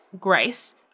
Grace